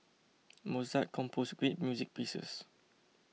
Mozart composed great music pieces